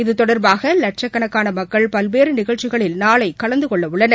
இதுதொடர்பாகலட்சக்கணக்கானமக்கள் பல்வேறுநிகழ்ச்சிகளில் நாளைகலந்துகொள்ளஉள்ளனர்